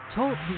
Talk